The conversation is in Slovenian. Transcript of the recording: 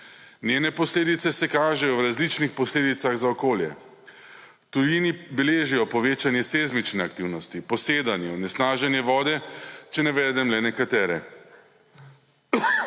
Njene posledice se kažejo v različnih posledicah za okolje. V tujini beležijo povečanje seizmične aktivnosti, posedanje, onesnaženje vode, če navedem le nekatere.